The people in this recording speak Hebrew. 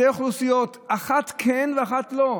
אחת כן ואחת לא.